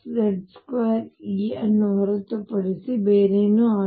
6Z2E ಅನ್ನು ಹೊರತುಪಡಿಸಿ ಬೇರೇನೂ ಅಲ್ಲ